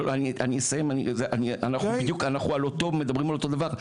אנחנו מדברים על אותו דבר.